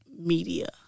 media